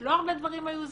לא הרבה דברים היו זזים.